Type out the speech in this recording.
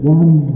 one